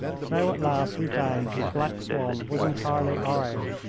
so at last we found that the black swan was entirely our own.